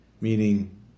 Meaning